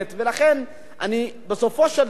ולכן בסופו של דבר,